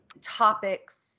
topics